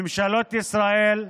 ממשלות ישראל,